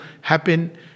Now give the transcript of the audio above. happen